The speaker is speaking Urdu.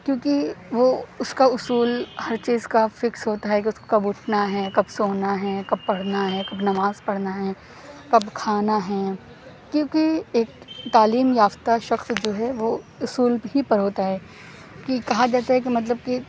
کیونکہ وہ اس کا اصول ہر چیز کا فکس ہوتا ہے کہ اس کو کب اٹھنا ہے کب سونا ہے کب پڑھنا ہے کب نماز پڑھنا ہے کب کھانا ہے کیونکہ ایک تعلیم یافتہ شخص جو ہے وہ اصول ہی پر ہوتا ہے کہ کہا جاتا ہے کہ مطلب کہ